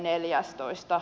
lokakuuta